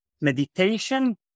Meditation